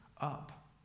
up